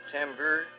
September